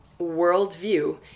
worldview